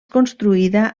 construïda